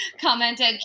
commented